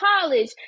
college